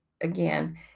again